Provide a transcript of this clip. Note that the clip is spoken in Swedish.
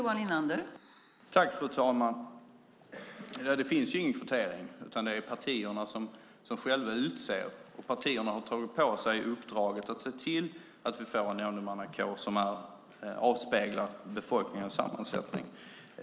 Fru talman! Det finns ingen kvotering, utan det är partierna som själva utser nämndemännen. Partierna har tagit på sig att se till att vi får en nämndemannakår som avspeglar befolkningens sammansättning.